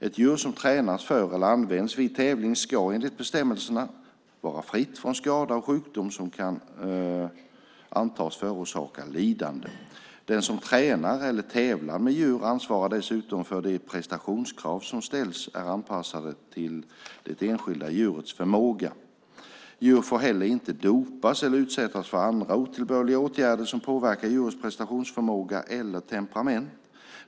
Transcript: Ett djur som tränas för eller används vid tävling ska, enligt bestämmelserna, vara fritt från skada och sjukdom som kan antas förorsaka lidande. Den som tränar eller tävlar med djur ansvarar dessutom för att de prestationskrav som ställs är anpassade till det enskilda djurets förmåga. Djur får heller inte dopas eller utsättas för andra otillbörliga åtgärder som påverkar djurets prestationsförmåga eller temperament.